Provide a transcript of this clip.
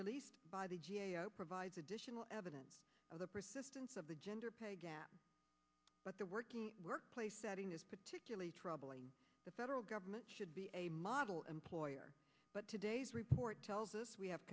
released by the g a o provides additional evidence of the persistence of the gender pay gap but the working workplace setting is particularly troubling the federal government should be a model employer but today's report tells us we have